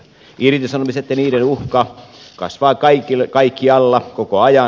irtisanomiset ja niiden uhka kasvavat kaikkialla koko ajan